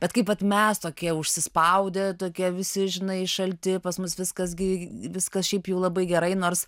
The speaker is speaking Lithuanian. bet kaip vat mes tokie užsispaudę tokie visi žinai šalti pas mus viskas gi viskas šiaip jau labai gerai nors